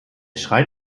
schrein